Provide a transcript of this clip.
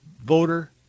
voter